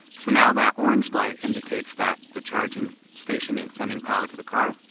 so now that orange light indicates that the charging station is sending power to the car.